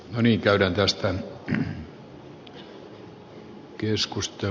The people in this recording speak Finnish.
moni käydään tästä on saatavilla